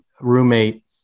roommate